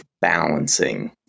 balancing